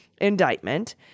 indictment